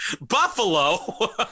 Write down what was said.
buffalo